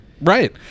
Right